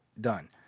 done